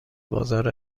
بازار